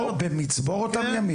במצבור אותם ימים?